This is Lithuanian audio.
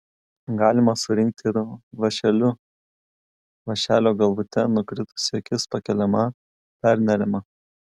galima surinkti ir vąšeliu vąšelio galvute nukritusi akis pakeliama perneriama